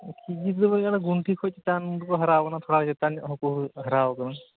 ᱠᱤᱡᱤ ᱛᱮᱫᱚ ᱵᱟᱝ ᱜᱩᱱᱴᱷᱤ ᱠᱷᱚᱱ ᱪᱮᱛᱟᱱ ᱫᱚᱠᱚ ᱦᱟᱨᱟ ᱟᱠᱟᱱᱟ ᱛᱷᱚᱲᱟ ᱪᱮᱛᱟᱱ ᱧᱚᱜ ᱦᱚᱸᱠᱚ ᱦᱟᱨᱟ ᱟᱠᱟᱱᱟ